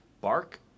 bark